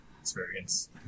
experience